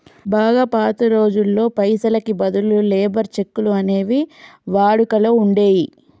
బాగా పాత రోజుల్లో పైసలకి బదులు లేబర్ చెక్కులు అనేవి వాడుకలో ఉండేయ్యి